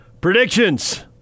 predictions